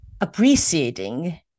appreciating